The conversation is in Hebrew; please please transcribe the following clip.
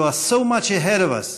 you are so much ahead of us,